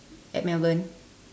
at melbourne